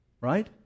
right